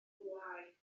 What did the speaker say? bwâu